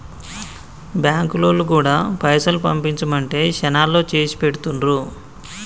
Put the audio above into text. బాంకులోల్లు గూడా పైసలు పంపించుమంటే శనాల్లో చేసిపెడుతుండ్రు